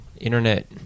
internet